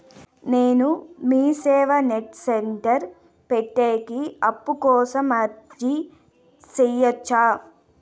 నేను MeeSeva net centre పెట్టేకి అప్పు కోసం అర్జీ సేయొచ్చా?